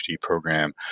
program